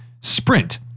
sprint